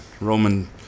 Roman